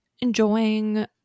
enjoying